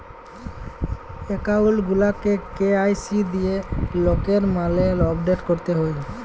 account গুলাকে KYC দিঁয়ে লকের লামে আপডেট ক্যরতে হ্যয়